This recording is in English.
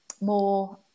more